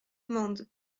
mende